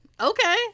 Okay